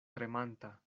tremanta